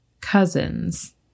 cousins